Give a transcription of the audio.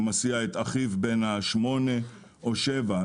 ומסיע את אחיו בן השמונה או שבע,